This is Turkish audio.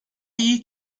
iyi